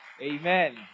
Amen